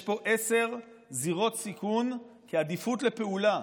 יש פה עשר זירות סיכון כעדיפות לפעולה,